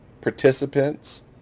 participants